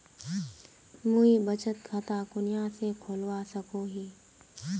मुई बचत खता कुनियाँ से खोलवा सको ही?